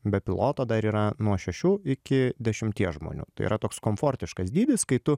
be piloto dar yra nuo šešių iki dešimties žmonių tai yra toks komfortiškas dydis kai tu